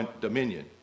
dominion